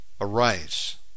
Arise